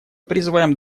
призываем